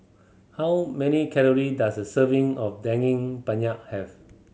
how many calorie does a serving of Daging Penyet have